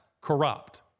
corrupt